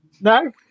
No